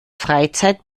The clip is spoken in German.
freizeit